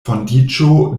fondiĝo